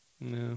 No